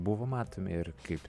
buvo matomi ir kaip